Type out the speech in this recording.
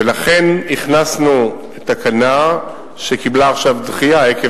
ולכן הכנסנו תקנה שקיבלה עכשיו דחייה עקב